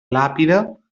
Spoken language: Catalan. làpida